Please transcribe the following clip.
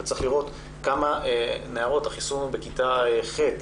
וצריך לראות כמה נערות החיסון הוא בכיתה ח'.